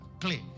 clear